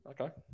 Okay